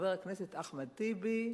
חבר הכנסת אחמד טיבי,